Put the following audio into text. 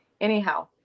anyhow